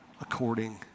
according